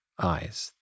eyes